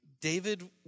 David